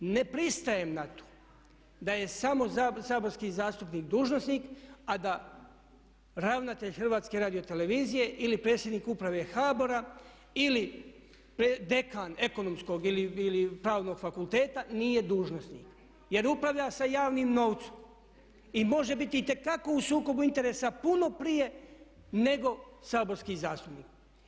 I ne pristajem na to da je samo saborski zastupnik dužnosnik, a da ravnatelj Hrvatske radio televizije ili predsjednik Uprave HBOR-a ili dekan Ekonomskog ili Pravnog fakulteta nije dužnosnik, jer upravlja sa javnim novcem i može biti itekako u sukobu interesa puno prije nego saborski zastupnik.